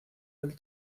del